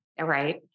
Right